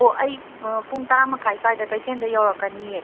ꯑꯣ ꯑꯩ ꯄꯨꯡ ꯇꯔꯥ ꯃꯈꯥꯏ ꯁ꯭ꯋꯥꯏꯗ ꯀꯩꯊꯦꯟꯗ ꯌꯧꯔꯛꯀꯅꯤꯌꯦ